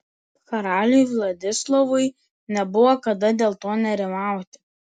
karaliui vladislovui nebuvo kada dėl to nerimauti